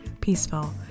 peaceful